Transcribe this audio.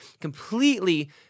completely